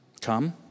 Come